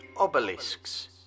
obelisks